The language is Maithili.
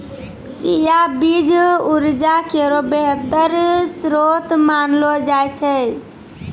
चिया बीज उर्जा केरो बेहतर श्रोत मानलो जाय छै